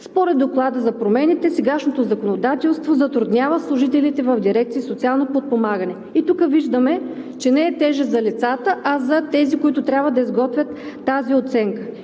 Според доклада за промените сегашното законодателство затруднява служителите в Дирекция „Социално подпомагане“. И тук виждаме, че не е тежест за лицата, а за тези, които трябва да изготвят тази оценка,